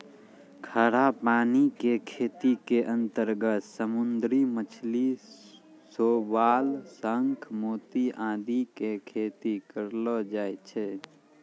खारा पानी के खेती के अंतर्गत समुद्री मछली, शैवाल, शंख, मोती आदि के खेती करलो जाय छै